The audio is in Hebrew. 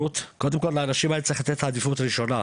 קודם כל צריך לתת לאנשים עדיפות ראשונה,